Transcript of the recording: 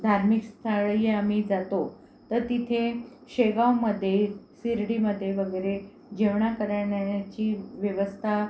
धार्मिक स्थळही आम्ही जातो तर तिथे शेगांवमध्ये शिर्डीमध्ये वगैरे जेवण्या करण्याची व्यवस्था